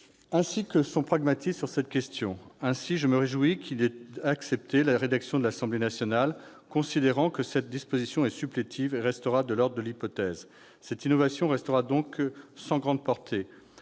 comme son pragmatisme sur cette question. Ainsi, je me réjouis qu'il ait accepté la rédaction de l'Assemblée nationale, considérant que cette disposition est supplétive et restera de l'ordre de l'hypothèse. Cette innovation sera donc sans grande portée.